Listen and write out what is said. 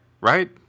Right